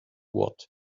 what